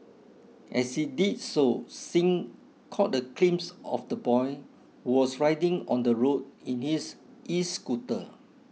as he did so Singh caught a glimpse of the boy was riding on the road in his escooter